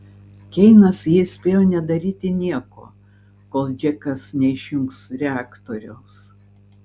keinas jį įspėjo nedaryti nieko kol džekas neišjungs reaktoriaus